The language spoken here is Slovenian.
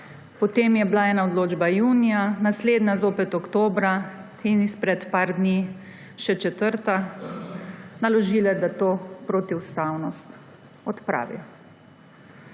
potem je bila ena odločba junija, naslednja zopet oktobra in izpred nekaj dni še četrta, naložile, da to protiustavnost odpravi.